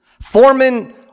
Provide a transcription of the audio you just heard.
Foreman